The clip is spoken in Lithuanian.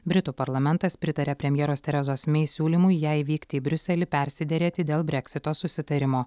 britų parlamentas pritarė premjeros terezos mei siūlymui jai vykti į briuselį persiderėti dėl breksito susitarimo